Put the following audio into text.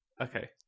Okay